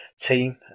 team